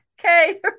Okay